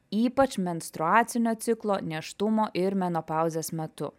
ypač menstruacinio ciklo nėštumo ir menopauzės metu